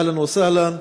אהלן וסהלן.